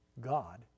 God